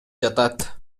жатат